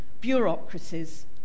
bureaucracies